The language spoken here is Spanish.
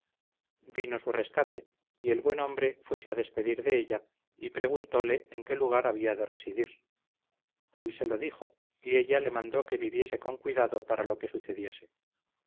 vino su rescate y el buen hombre fuese a despedir de ella y preguntóle en qué lugar había de residir él se lo dijo y ella le mandó que viviese con cuidado para lo que sucediese